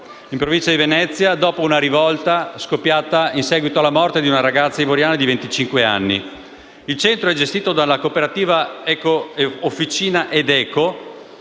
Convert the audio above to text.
in Provincia di Venezia, dopo una rivolta scoppiata in seguito alla morte di una ragazza ivoriana di 25 anni. Il centro è gestito dalla società